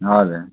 हजुर